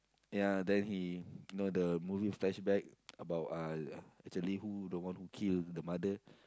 ya then he you know the movie flashback about uh actually who the one who kill the mother